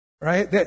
Right